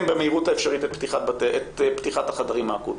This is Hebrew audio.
במהירות האפשרית את פתיחת החדרים האקוטיים.